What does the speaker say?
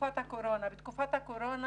בתקופת הקורונה,